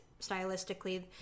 stylistically